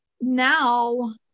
Now